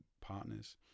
partners